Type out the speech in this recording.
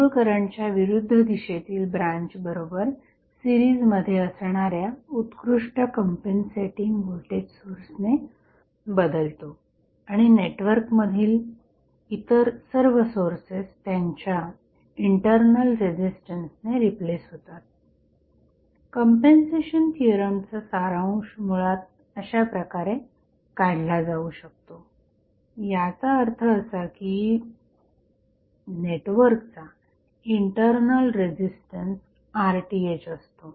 मूळ करंटच्या विरुद्ध दिशेतील ब्रांच बरोबर सीरिजमध्ये असणाऱ्या उत्कृष्ट कंम्पेन्सेटिंग व्होल्टेज सोर्सने बदलतो आणि नेटवर्क मधील इतर सर्व सोर्सेस त्यांच्या इंटरनल रेझिस्टन्सने रिप्लेस होतात कंम्पेन्सेशन थिअरमचा सारांश मुळात अशाप्रकारे काढला जाऊ शकतो याचा अर्थ असा की नेटवर्कचा इंटरनल रेझिस्टन्स RTh असतो